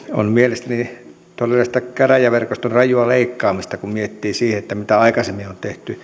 on mielestäni todellista käräjäverkoston rajua leikkaamista kun miettii sitä mitä aikaisemmin on tehty